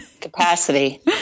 capacity